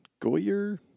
Goyer